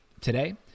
today